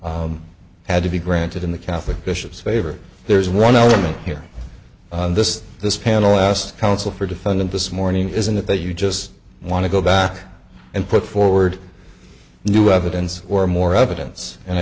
had to be granted in the catholic bishops favor there's one element here this this panel asked counsel for defendant this morning isn't it that you just want to go back and put forward new evidence or more evidence and i